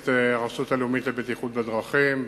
מועצת הרשות הלאומית לבטיחות בדרכים.